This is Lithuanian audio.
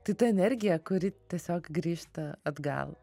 tai ta energija kuri tiesiog grįžta atgal